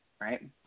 right